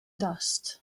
dost